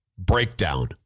Breakdown